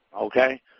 Okay